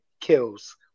kills